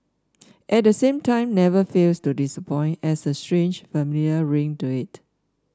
at the same time never fails to disappoint as a strange familiar ring to it